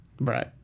Right